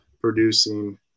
producing